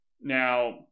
Now